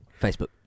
Facebook